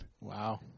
Wow